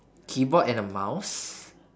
keyboard and a mouse